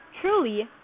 truly